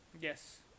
Yes